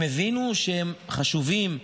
הם הבינו שהם חשובים.